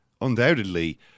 undoubtedly